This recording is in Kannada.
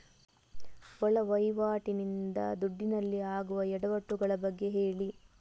ಒಳ ವಹಿವಾಟಿ ನಿಂದ ದುಡ್ಡಿನಲ್ಲಿ ಆಗುವ ಎಡವಟ್ಟು ಗಳ ಬಗ್ಗೆ ಹೇಳಿ